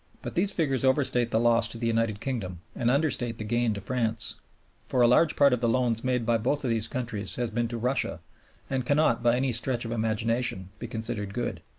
but these figures overstate the loss to the united kingdom and understate the gain to france for a large part of the loans made by both these countries has been to russia and cannot, by any stretch of imagination, be considered good.